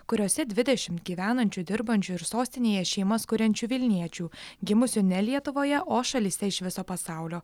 kuriose dvidešimt gyvenančių dirbančių ir sostinėje šeimas kuriančių vilniečių gimusių ne lietuvoje o šalyse iš viso pasaulio